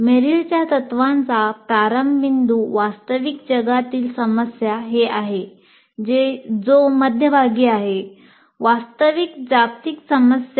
मेरिलच्या तत्त्वांचा प्रारंभ बिंदू वास्तविक जगातील समस्या हे आहे जो मध्यभागी आहे वास्तविक जागतिक समस्या